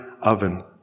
oven